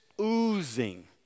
oozing